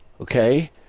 okay